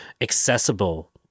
accessible